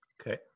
Okay